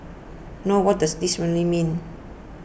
no what does this really mean